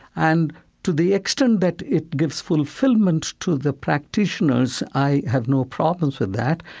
and to the extent that it gives fulfillment to the practitioners, i have no problems with that.